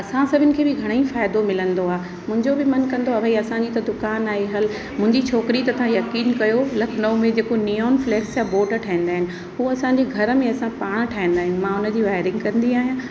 असां सभिनि खे बि घणेई फ़ाइदो मिलंदो आहे मुंहिंजो बि मन कंदो आहे भई असांजी त दुकानु आहे हल मुंहिजी छोकिरी त तव्हां यकीन कयो लखनऊ में जेको नियॉन फ़्लेक्स जा बोर्ड ठेंदा आहिनि उहो असांजे घर में असां पाण ठाहींदा आहियूं मां हुनजी वायरिंग कंदी आहियां